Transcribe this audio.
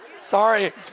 Sorry